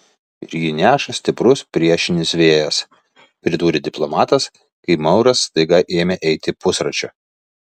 ir jį neša stiprus priešinis vėjas pridūrė diplomatas kai mauras staiga ėmė eiti pusračiu